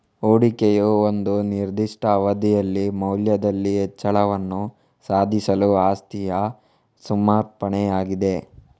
ಹೂಡಿಕೆಯು ಒಂದು ನಿರ್ದಿಷ್ಟ ಅವಧಿಯಲ್ಲಿ ಮೌಲ್ಯದಲ್ಲಿ ಹೆಚ್ಚಳವನ್ನು ಸಾಧಿಸಲು ಆಸ್ತಿಯ ಸಮರ್ಪಣೆಯಾಗಿದೆ